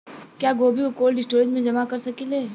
क्या गोभी को कोल्ड स्टोरेज में जमा कर सकिले?